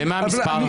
ומה המספר?